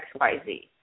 XYZ